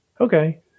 okay